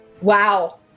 Wow